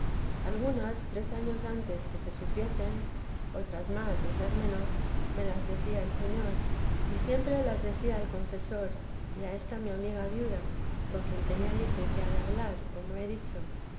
algunas tres años antes que se supiesen otras más y otras menos me las decía el señor y siempre las decía al confesor y a esta mi amiga viuda con quien tenía licencia de hablar como he dicho